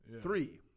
Three